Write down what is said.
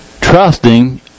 trusting